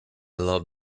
love